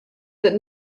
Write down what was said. that